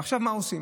עכשיו, מה עושים?